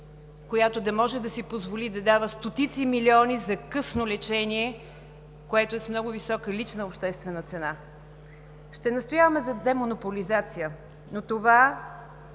която да може да си позволи да дава стотици милиони за късно лечение, което е с много висока лична и обществена цена. Ще настояваме за демонополизация, но това